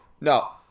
no